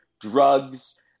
drugs